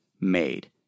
made